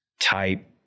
type